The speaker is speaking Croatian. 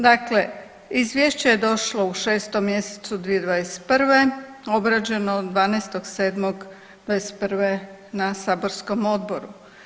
Dakle, izvješće je došlo u 6 mjesecu 2021., obrađeno 12.7.2021. na saborskom odboru.